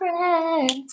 friends